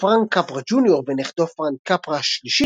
פרנק קפרה ג'וניור ונכדו פרנק קפרה השלישי